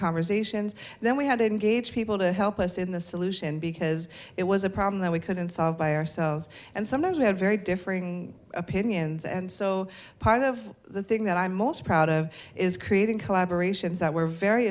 conversations and then we had to engage people to help us in the solution because it was a problem that we couldn't solve by ourselves and sometimes we had very differing opinions and so part of the thing that i'm most proud of is creating collaboration is that we're very